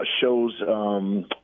shows –